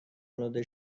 آلوده